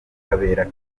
kabera